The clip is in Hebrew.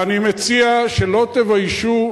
ואני מציע שלא תביישו,